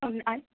आणि आहे